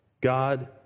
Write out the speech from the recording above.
God